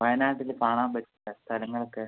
വയനാട്ടിൽ കാണാൻ പറ്റിയ സ്ഥലങ്ങളൊക്കെ